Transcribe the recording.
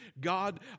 God